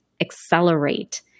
accelerate